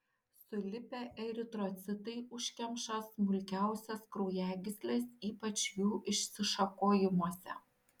sulipę eritrocitai užkemša smulkiausias kraujagysles ypač jų išsišakojimuose